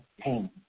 pain